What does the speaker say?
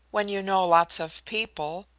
when you know lots of people,